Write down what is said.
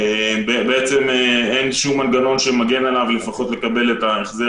ובעצם אין שום מנגנון שמגן עליו לפחות לקבל את החזר